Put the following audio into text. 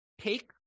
take